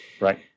Right